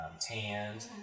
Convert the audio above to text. tanned